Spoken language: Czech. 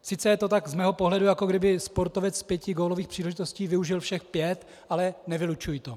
Sice je to tak z mého pohledu, jako kdyby sportovec z pěti gólových příležitostí využil všech pět, ale nevylučuji to.